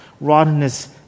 rottenness